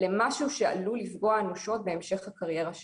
למשהו שעלול לפגוע אנושות בהמשך הקריירה שלה.